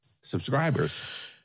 subscribers